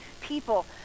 people